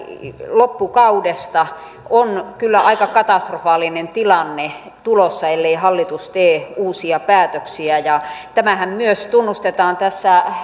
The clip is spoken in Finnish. loppukaudesta on kyllä aika katastrofaalinen tilanne tulossa ellei hallitus tee uusia päätöksiä tämähän myös tunnustetaan tässä